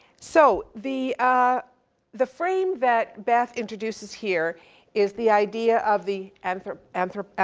so the ah the frame that beth introduces here is the idea of the anthro, anthro,